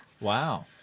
Wow